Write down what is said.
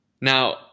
Now